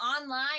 online